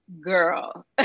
girl